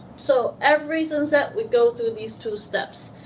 so, every synset we go to these two steps.